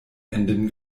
enden